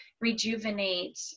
rejuvenate